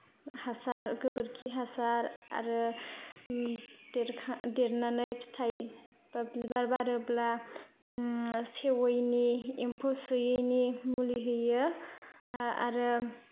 हासार गोबोरखि हासार आरो देरखां देरानानै फिथाय बा बिबार बारोब्ला सेवैनि एम्फौ सुयैनि मुलि होयो आरो